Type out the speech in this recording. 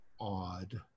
Odd